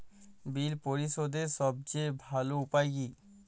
বিল পরিশোধের সবচেয়ে ভালো উপায় কী?